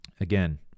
Again